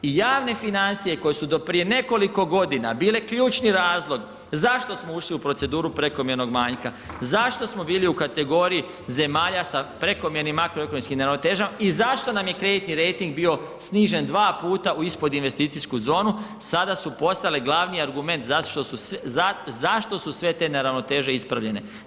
I javne financije koje su do prije nekoliko godina bile ključni razlog zašto smo ušli u proceduru prekomjernog manjka, zašto smo bili u kategoriji zemalja sa prekomjernim makroekonomskim neravnotežama i zašto nam je kreditni rejting bio snižen dva puta u ispod investicijsku zonu, sada su postale glavni argument zašto su sve te neravnoteže ispravljene.